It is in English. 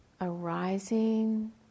arising